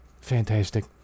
Fantastic